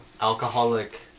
alcoholic